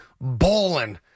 bowling